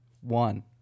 One